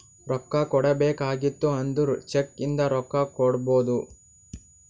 ರೊಕ್ಕಾ ಕೊಡ್ಬೇಕ ಆಗಿತ್ತು ಅಂದುರ್ ಚೆಕ್ ಇಂದ ರೊಕ್ಕಾ ಕೊಡ್ಬೋದು